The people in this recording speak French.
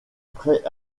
prêts